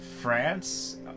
France